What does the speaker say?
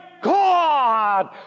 God